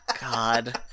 God